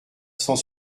cent